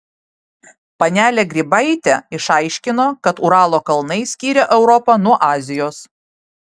panelė grybaitė išaiškino kad uralo kalnai skiria europą nuo azijos